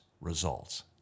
results